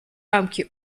рамки